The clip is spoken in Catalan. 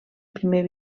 primer